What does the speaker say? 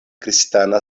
kristana